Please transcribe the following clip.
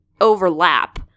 overlap